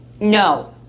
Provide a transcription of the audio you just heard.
No